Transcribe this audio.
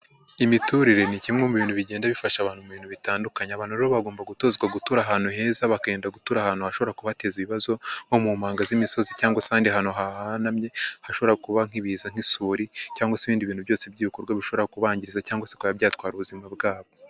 Imiturire ni kimwe mu bintu bigenda bifasha abantu mu bintu bitandukanye. Abantu rero bagomba gutozwa gutura ahantu heza bakirinda gutura ahantu hashobora kubateza ibibazo nko mu manga z'imisozi cyangwa ahandi hantu hahanamye hashobora kuba nk'ibiza nk'isuri cyangwa se ibindi bintu byose by'ibikorwa bishobora kubangiriza cyangwa se bikaba byatwara ubuzima bwabo.